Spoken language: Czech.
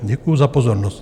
Děkuju za pozornost.